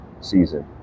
season